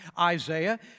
Isaiah